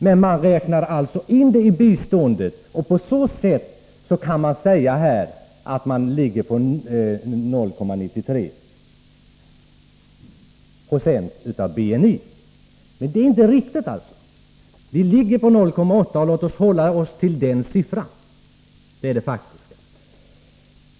Ändå räknar man in det i biståndet, och på så sätt kan man säga att man ligger på 0,93 26 av BNI. Det är alltså inte riktigt. Vi ligger på 0,8 20. Låt oss hålla oss till den siffran, för den är den faktiska.